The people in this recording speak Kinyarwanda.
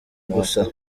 gusa